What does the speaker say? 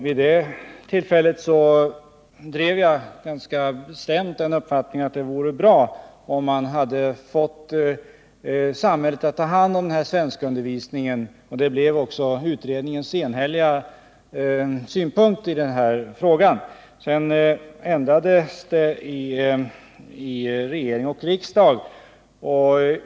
Vid det tillfället drev jag ganska bestämt uppfattningen att det vore bra om man hade fått samhället att ta hand om svenskundervisningen, och det blev också utredningens enhälliga förslag. Sedan ändrades detta i regering och riksdag.